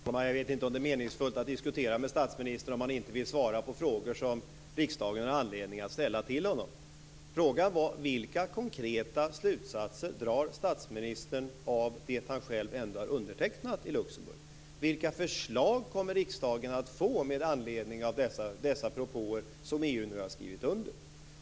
Fru talman! Jag vet inte om det är meningsfullt att diskutera med statsministern om han inte vill svara på frågor som vi i riksdagen har anledning att ställa till honom. Frågan var: Vilka konkreta slutsatser drar statsministern av det han själv ändå har undertecknat i Luxemburg och vilka förslag kommer riksdagen att få med anledning av dessa propåer, som EU nu har skrivit under?